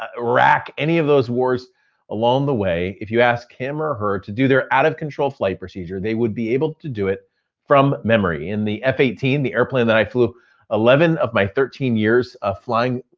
ah iraq, any of those wars along the way, if you asked him or her to do their out-of-control flight procedure, they would be able to do it from memory. in the f eighteen, eighteen, the airplane that i flew eleven of my thirteen years of flying,